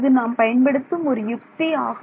இது நாம் பயன்படுத்தும் ஒரு யுக்தி ஆகும்